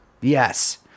Yes